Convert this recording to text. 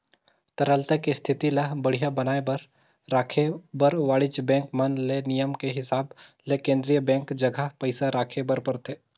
तरलता के इस्थिति ल बड़िहा बनाये बर राखे बर वाणिज्य बेंक मन ले नियम के हिसाब ले केन्द्रीय बेंक जघा पइसा राखे बर परथे